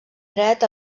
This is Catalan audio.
dret